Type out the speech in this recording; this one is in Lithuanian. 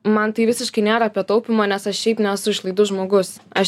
man tai visiškai nėra apie taupymą nes aš šiaip nesu išlaidus žmogus aš